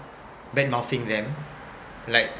bad mouthing them like